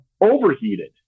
overheated